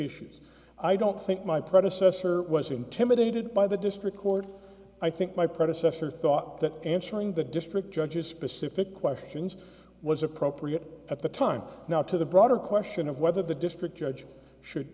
issues i don't think my predecessor was intimidated by the district court i think my predecessor thought that ensuring the district judges specific questions was appropriate at the time now to the broader question of whether the district judge should